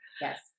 Yes